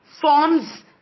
forms